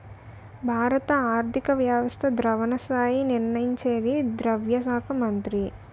భారత ఆర్థిక వ్యవస్థ ద్రవణ స్థాయి నిర్ణయించేది ద్రవ్య శాఖ మంత్రి